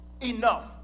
enough